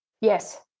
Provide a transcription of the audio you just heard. Yes